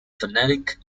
phonetic